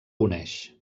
uneix